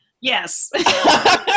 Yes